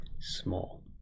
small